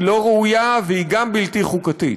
היא לא ראויה והיא גם בלתי חוקתית,